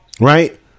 right